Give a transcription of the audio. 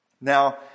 Now